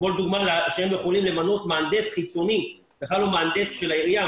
כמו לדוגמה שהם יכולים למנות מהנדס חיצוני בכלל לא מהנדס של העירייה,